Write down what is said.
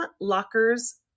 lockers